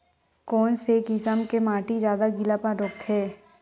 कोन से किसम के माटी ज्यादा गीलापन रोकथे?